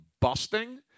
busting –